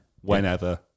whenever